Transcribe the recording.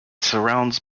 surrounds